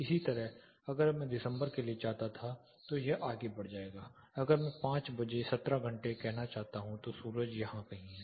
इसी तरह अगर मैं दिसंबर के लिए चाहता था तो यह आगे बढ़ जाएगा अगर मैं 5 बजे 17 घंटे कहना चाहता हूं तो सूरज यहां कहीं है